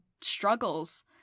struggles